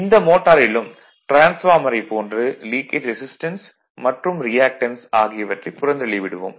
இந்த மோட்டாரிலும் டிரான்ஸ்பார்மரைப் போன்று லீக்கேஜ் ரெசிஸ்டன்ஸ் மற்றும் ரியாக்டன்ஸ் ஆகியவற்றைப் புறந்தள்ளி விடுவோம்